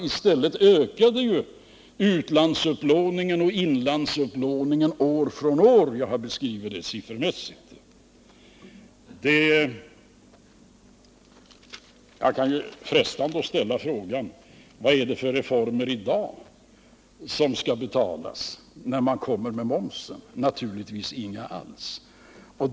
I stället ökar utlandsupplåningen och inlandsupplåningen år från år. Jag har beskrivit det siffermässigt. Det är frestande att ställa frågan: Vad är det för reformer i dag som skall betalas med den höjda momsen? Naturligtvis inga alls.